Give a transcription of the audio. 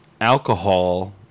alcohol